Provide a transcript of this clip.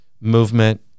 movement